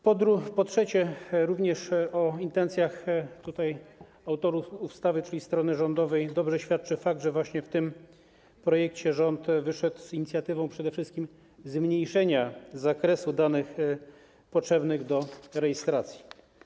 Po trzecie, o intencjach autorów ustawy, czyli strony rządowej, dobrze świadczy fakt, że właśnie w tym projekcie rząd wyszedł z inicjatywą przede wszystkim zmniejszenia zakresu danych potrzebnych do rejestracji.